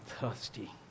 thirsty